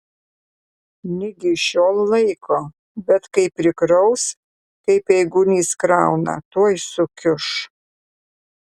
ligi šiol laiko bet kai prikraus kaip eigulys krauna tuoj sukiuš